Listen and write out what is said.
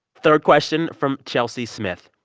third question from chelsey smith.